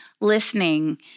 listening